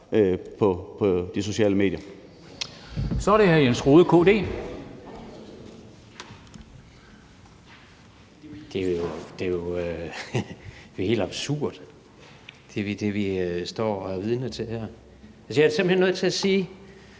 hr. Jens Rohde, KD. Kl. 13:56 Jens Rohde (KD): Det er jo helt absurd, det, vi står og er vidne til her. Jeg er simpelt hen nødt til at sige